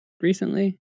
recently